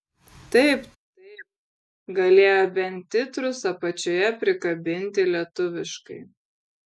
taip taip galėjo bent titrus apačioje prikabinti lietuviškai